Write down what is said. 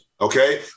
Okay